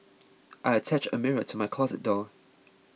I attached a mirror to my closet door